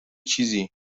چیزی